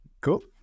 Cool